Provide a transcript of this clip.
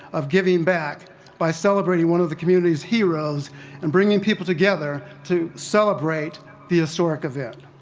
of giving back by celebrating one of the community's heroes and bringing people together to celebrate the historic event.